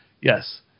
Yes